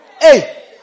Hey